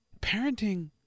parenting